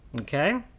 Okay